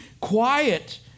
quiet